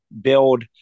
build